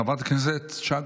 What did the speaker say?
חברת הכנסת צגה